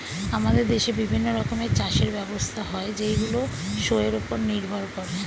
আমাদের দেশে বিভিন্ন রকমের চাষের ব্যবস্থা হয় যেইগুলো শোয়ের উপর নির্ভর করে